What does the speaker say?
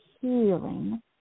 healing